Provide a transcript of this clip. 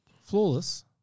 flawless